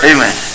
Amen